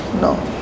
No